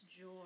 joy